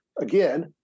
again